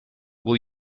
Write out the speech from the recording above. will